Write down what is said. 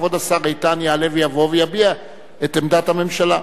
כבוד השר איתן יעלה ויבוא ויביע את עמדת הממשלה.